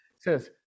says